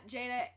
Jada